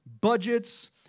budgets